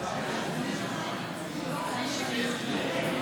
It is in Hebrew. חקיקה בישיבתה מיום 12 במרץ 2023, אני לא